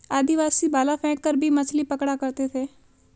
आदिवासी भाला फैंक कर भी मछली पकड़ा करते थे